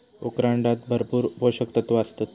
अक्रोडांत भरपूर पोशक तत्वा आसतत